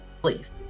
please